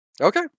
Okay